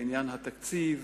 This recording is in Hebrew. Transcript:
בעניין התקציב,